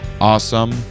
awesome